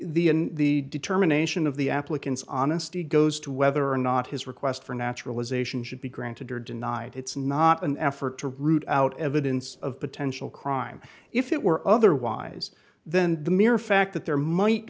determination of the applicant's honesty goes to whether or not his request for naturalization should be granted or denied it's not an effort to root out evidence of potential crime if it were otherwise then the mere fact that there might